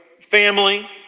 family